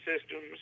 systems